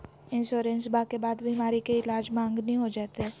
इंसोरेंसबा के बाद बीमारी के ईलाज मांगनी हो जयते?